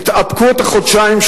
יתאפקו את החודשיים,